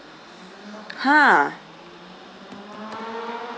!huh!